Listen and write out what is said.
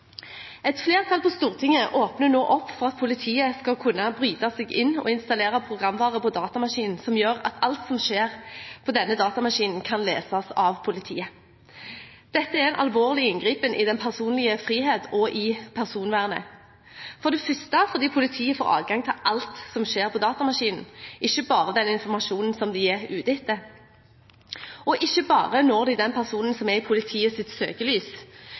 Et flertall på Stortinget åpner nå opp for at politiet skal kunne bryte seg inn og installere programvare på datamaskinen, slik at alt som skjer på datamaskinen, kan leses av politiet. Dette er en alvorlig inngripen i den personlige frihet og i personvernet, for det første fordi politiet får adgang til alt som skjer på datamaskinen, ikke bare den informasjonen som de er ute etter, og ikke bare når den personen som er i politiets søkelys,